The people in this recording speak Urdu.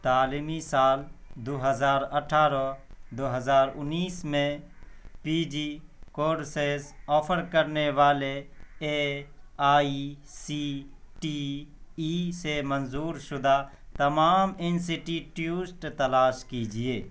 تعلیمی سال دو ہزار اٹھارہ دو ہزار انیس میں پی جی کورسز آفر کرنے والے A I C T E سے منظور شدہ تمام انسٹیٹیوسٹ تلاش کیجیے